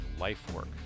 Lifework